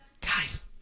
guys